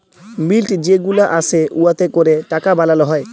মিল্ট যে গুলা আসে উয়াতে ক্যরে টাকা বালাল হ্যয়